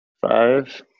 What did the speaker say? Five